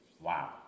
Wow